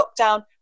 lockdown